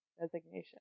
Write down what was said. designation